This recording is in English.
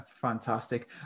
fantastic